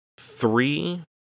three